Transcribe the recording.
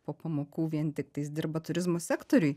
po pamokų vien tiktais dirba turizmo sektoriui